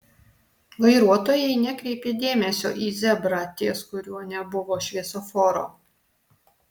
vairuotojai nekreipė dėmesio į zebrą ties kuriuo nebuvo šviesoforo